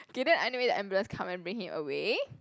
K then anyway the ambulance come and bring him away